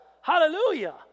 Hallelujah